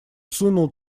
сунул